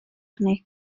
arni